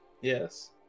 yes